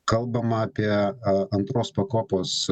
kalbama apie antros pakopos